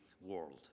world